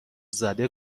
زده